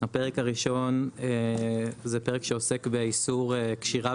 הפרק הראשון זה פרק שעוסק באיסור קשירה